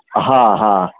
હા હા